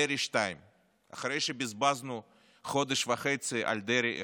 דרעי 2. אחרי שבזבזנו חודש וחצי על דרעי 1,